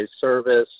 service